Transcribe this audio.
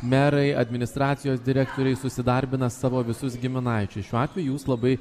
merai administracijos direktoriai susidarbina savo visus giminaičius šiuo atveju jūs labai